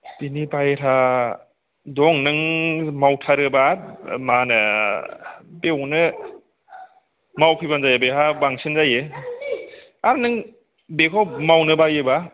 बिनि बायह्रा दं नों मावथारोबा माहोनो बेवनो मावफैबानो जायो बेहा बांसिन जायो आर नों बेखौ मावनो बायोबा